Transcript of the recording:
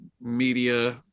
media